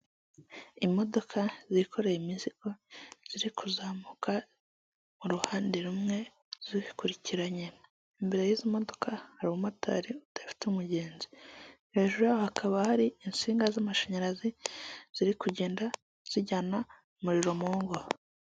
Imodoka zikoreye imizigo ziri kuzamuka mu ruhande rumwe zikurikiranye, imbere y'izo modoka hari umumotari udafite umugenzi, hejuru hakaba hari insinga z'amashanyarazi ziri kugenda zijyana umuriro mu ngo.